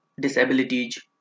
disabilities